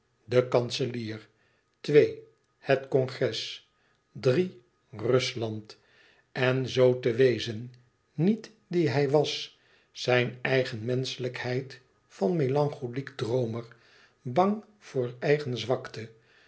de kanselier twee het congres drie rusland en zoo te wezen niet die hij was zijn eigen menschelijkheid van melancholiek droomer bang voor eigen zwakte